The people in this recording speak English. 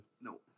No